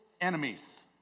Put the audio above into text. enemies